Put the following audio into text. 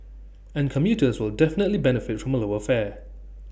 and commuters will definitely benefit from A lower fare